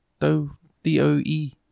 D-O-E